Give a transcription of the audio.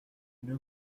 une